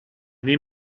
nei